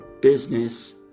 business